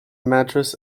mattress